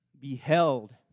beheld